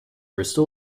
restore